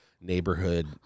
Neighborhood